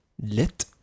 lit